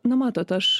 na matot aš